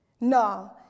No